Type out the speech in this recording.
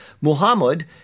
Muhammad